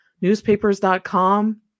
newspapers.com